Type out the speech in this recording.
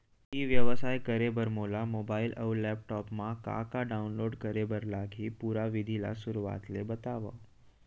ई व्यवसाय करे बर मोला मोबाइल अऊ लैपटॉप मा का का डाऊनलोड करे बर लागही, पुरा विधि ला शुरुआत ले बतावव?